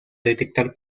detectar